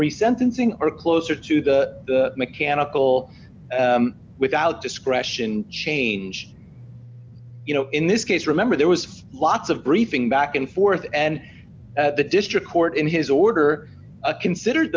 sentencing or closer to the mechanical without discretion change you know in this case remember there was lots of briefing back and forth and the district court in his order a considered